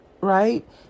right